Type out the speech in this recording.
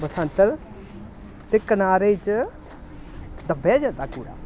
बसंतर दे किनारे च दब्बेआ जंदा कूड़ा